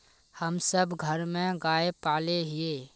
हम सब घर में गाय पाले हिये?